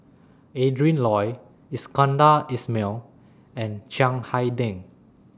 Adrin Loi Iskandar Ismail and Chiang Hai Ding